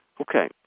Okay